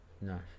No